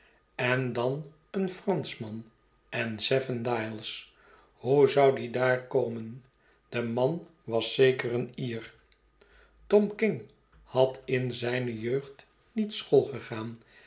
en dan een franschman en seven dials hoe zou die daar komen de man was zeker een ler tom king had in zijne jeugd niet